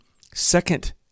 second